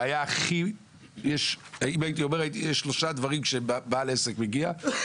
יש שלושה דברים כשבעל עסק מגיע,